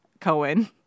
Cohen